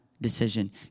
decision